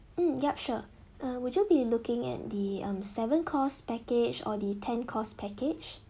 mm yup sure uh would you be looking at the um seven course package or the ten course package